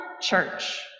church